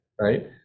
right